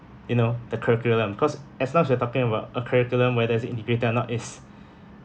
you know the curriculum because as long as you're talking about a curriculum whether it's integrated or not it's